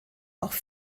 auch